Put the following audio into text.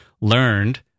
learned